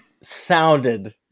sounded